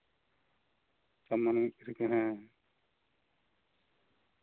ᱪᱟᱞ ᱢᱟ ᱢᱤᱛᱨᱤᱠ ᱠᱟᱱ ᱦᱮᱸ